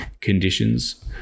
conditions